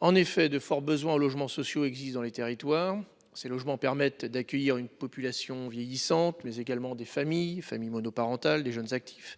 En effet, de forts besoins en logements sociaux existent dans les territoires. Ces logements permettent d'accueillir une population vieillissante mais également des familles familles monoparentales, des jeunes actifs.